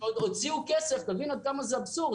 ועוד הוציאו כסף תבין עד כמה זה אבסורד